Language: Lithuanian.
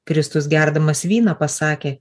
kristus gerdamas vyną pasakė